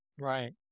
Right